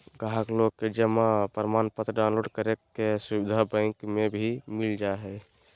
गाहक लोग के जमा प्रमाणपत्र डाउनलोड करे के सुविधा बैंक मे भी मिल जा हय